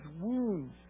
wounds